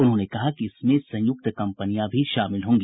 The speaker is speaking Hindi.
उन्होंने कहा कि इसमें संयुक्त कंपनियां भी शामिल होंगी